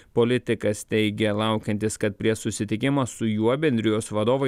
politikas teigė laukiantis kad prie susitikimą su juo bendrijos vadovai